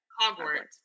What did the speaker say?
Hogwarts